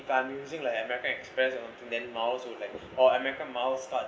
if I'm using like american express and then miles would like or american miles part